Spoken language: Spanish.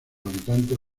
habitantes